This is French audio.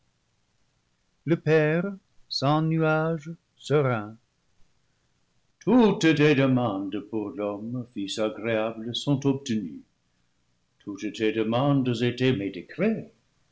le père sans nuage serein toutes tes demandes pour l'homme fils agréable sont obtenues toutes tes demandes étaient mes décrets